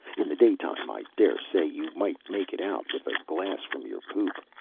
in the daytime, i dare say, you might make it out with a glass from your poop.